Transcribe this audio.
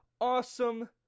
Awesome